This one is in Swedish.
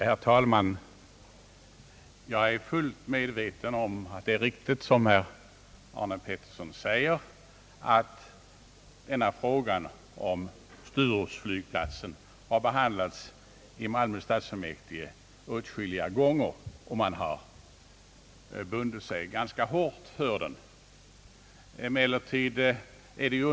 Herr talman! Jag är fullt medveten om att det är riktigt som herr Arne Pettersson säger att hela frågan om Sturupflygplatsen åtskilliga gånger har behandlats i Malmö stadsfullmäktige och att man bundit sig ganska hårt för den placeringen av flygplatsen.